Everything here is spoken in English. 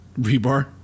Rebar